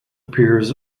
appears